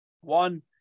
One